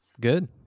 Good